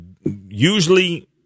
Usually